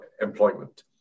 employment